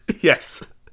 Yes